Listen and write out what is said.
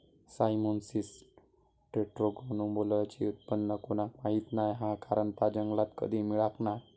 Cyamopsis टेट्रागोनोलोबाची उत्पत्ती कोणाक माहीत नाय हा कारण ता जंगलात कधी मिळाक नाय